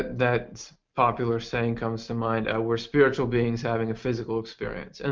that popular saying comes to mind ah we are spiritual beings having a physical experience. and